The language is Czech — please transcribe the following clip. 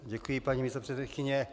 Děkuji, paní místopředsedkyně.